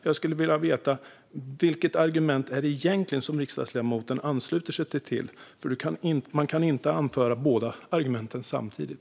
Jag skulle vilja veta vilket argument det egentligen är som riksdagsledamoten ansluter sig till, för man kan inte anföra båda argumenten samtidigt.